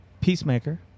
Peacemaker